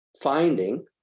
finding